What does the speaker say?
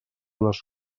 les